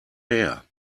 her